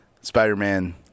Spider-Man